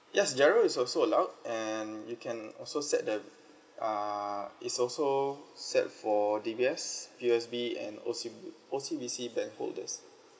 yes GIRO is also allowed and you can also set the uh it's also set for D_B_S P_O_S_B and O_C~ O_C_B_C bank holders